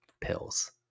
pills